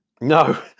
No